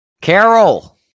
Carol